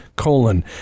colon